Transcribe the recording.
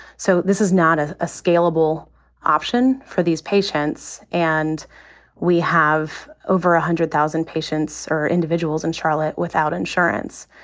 so this is not a ah scalable option for these patients. and we have over one ah hundred thousand patients or individuals in charlotte without insurance.